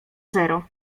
zero